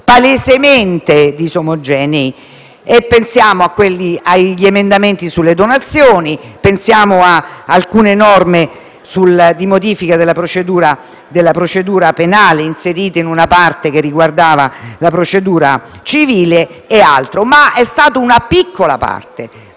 palesemente disomogenei. Pensiamo agli emendamenti sulle donazioni o ad alcune norme di modifica della procedura penale, inserite in una parte riguardante la procedura civile e altro. Ripeto, però, che è stata una piccola parte,